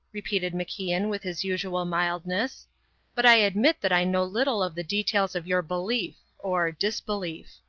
repeated macian with his usual mildness but i admit that i know little of the details of your belief or disbelief.